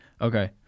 okay